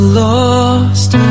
lost